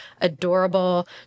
Adorable